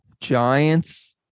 Giants